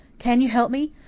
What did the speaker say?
can you help me?